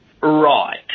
Right